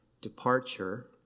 departure